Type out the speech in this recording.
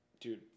dude